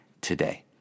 today